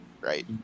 right